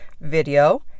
video